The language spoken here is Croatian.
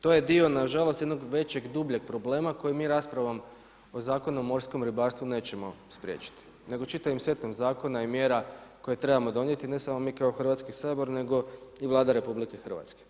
To je dio nažalost jednog većeg, dubljeg problema koje mi raspravom o Zakonu o morskom ribarstvu nećemo spriječiti nego čitavim setom zakona i mjera koje trebamo donijeti ne samo mi kao Hrvatski sabor nego i Vlada RH.